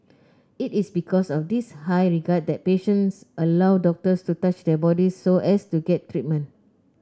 it is because of this high regard that patients allow doctors to touch their bodies so as to get treatment